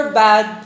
bad